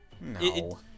No